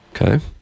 Okay